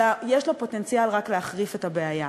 אלא פוטנציאל שרק יחריף את הבעיה.